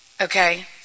Okay